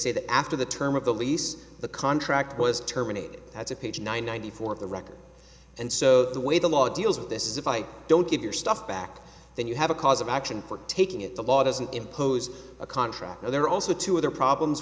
say that after the term of the lease the contract was terminated as a page ninety four of the record and so the way the law deals with this is if i don't give your stuff back then you have a cause of action for taking it the law doesn't impose a contract and there are also two other problems